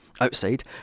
Outside